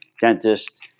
dentist